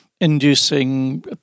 inducing